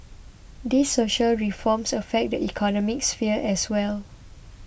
these social reforms affect the economic sphere as well